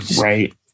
right